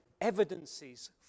evidences